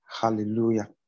Hallelujah